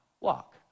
walk